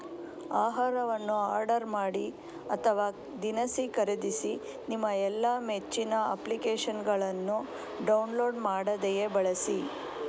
ಆಹಾರವನ್ನು ಆರ್ಡರ್ ಮಾಡಿ ಅಥವಾ ದಿನಸಿ ಖರೀದಿಸಿ ನಿಮ್ಮ ಎಲ್ಲಾ ಮೆಚ್ಚಿನ ಅಪ್ಲಿಕೇಶನ್ನುಗಳನ್ನು ಡೌನ್ಲೋಡ್ ಮಾಡದೆಯೇ ಬಳಸಿ